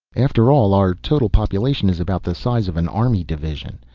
after all, our total population is about the size of an army division.